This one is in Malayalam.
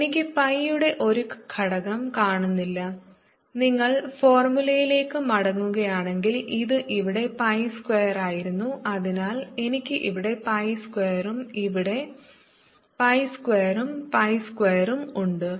അതെ എനിക്ക് pi യുടെ ഒരു ഘടകം കാണുന്നില്ല നിങ്ങൾ ഫോർമുലയിലേക്ക് മടങ്ങുകയാണെങ്കിൽ ഇത് ഇവിടെ pi സ്ക്വയറായിരുന്നു അതിനാൽ എനിക്ക് ഇവിടെ pi സ്ക്വയറും ഇവിടെ pi സ്ക്വയറും pi സ്ക്വയറും ഉണ്ട്